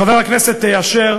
חבר הכנסת אשר,